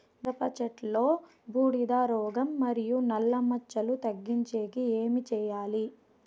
మిరప చెట్టులో బూడిద రోగం మరియు నల్ల మచ్చలు తగ్గించేకి ఏమి చేయాలి?